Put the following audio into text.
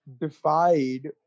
defied